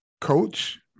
coach